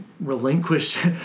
relinquish